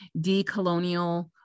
decolonial